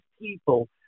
people